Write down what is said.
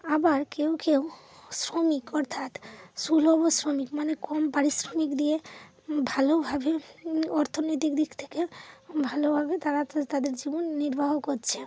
আবার কেউ কেউ শ্রমিক অর্থাৎ সুলভ শ্রমিক মানে কম পারিশ্রমিক দিয়ে ভালোভাবে অর্থনীতিক দিক থেকে ভালোভাবে তারা তাদের জীবন নির্বাহ করছে